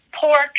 pork